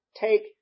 take